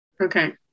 Okay